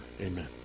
Amen